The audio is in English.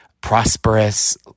prosperous